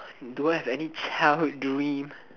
do I have any childhood dream